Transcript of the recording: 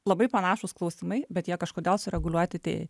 labai panašūs klausimai bet jie kažkodėl sureguliuoti tai